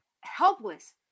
helpless